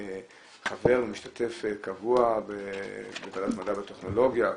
כחבר וכמשתתף קבוע בוועדת המדע והטכנולוגיה,